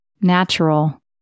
natural